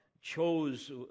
chose